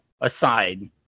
aside